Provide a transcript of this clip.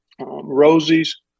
Rosie's